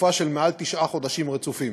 לתקופה של מעל תשעה חודשים רצופים.